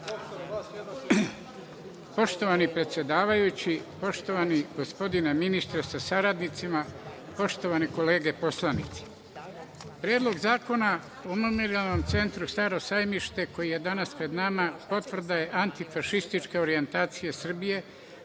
Poštovani predsedavajući, poštovani ministre sa saradnicima, poštovane kolege poslanici, Predlog zakona o memorijalnom centru „Staro sajmište“, koji je danas pred nama potvrda je antifašističke orijentacije Srbije